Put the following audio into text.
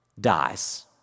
dies